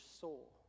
soul